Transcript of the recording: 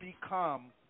become